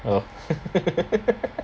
oh